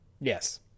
Yes